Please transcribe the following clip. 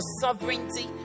sovereignty